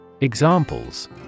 Examples